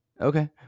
okay